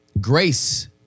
Grace